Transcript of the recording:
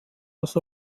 das